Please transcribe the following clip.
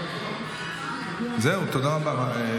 תודה רבה.